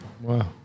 Wow